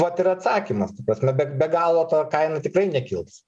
vat ir atsakymas ta prasme be be galo ta kaina tikrai nekils